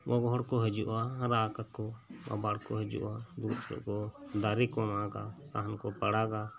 ᱜᱚᱜᱚ ᱦᱚᱲ ᱠᱚ ᱦᱤᱡᱩᱜᱼᱟ ᱨᱟᱜᱟᱠᱚ ᱵᱟᱵᱟ ᱠᱚ ᱦᱤᱡᱩᱜᱼᱟ ᱫᱩᱲᱩᱵ ᱠᱩᱡᱠᱚ ᱫᱟᱨᱮ ᱠᱚ ᱢᱟᱜᱟ ᱥᱟᱦᱟᱱ ᱠᱚ ᱯᱟᱲᱟᱜᱟ